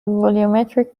volumetric